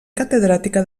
catedràtica